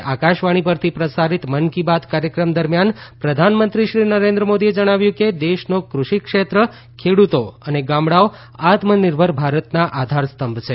આજે આકાશવાણી પરથી પ્રસારિત મન કી બાત કાર્યક્રમ દરમિયાન પ્રધાનમંત્રી શ્રી નરેન્દ્ર મોદીએ જણાવ્યું કે દેશનો કૃષિ ક્ષેત્ર ખેડૂતો અને ગામડાઓ આત્મનિર્ભર ભારતના આધારસ્તંભ છે